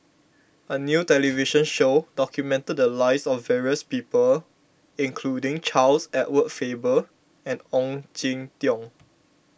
a new television show documented the lives of various people including Charles Edward Faber and Ong Jin Teong